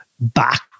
back